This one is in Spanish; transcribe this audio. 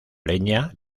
leña